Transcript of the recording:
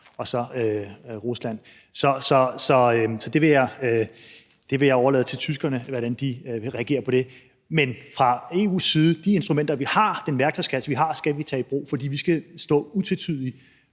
og Rusland. Så jeg vil overlade til tyskerne, hvordan de vil reagere på det. Men fra EU's side skal vi tage de instrumenter, vi har, den værktøjskasse, vi har, i brug, for vi skal stå utvetydigt